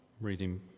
reading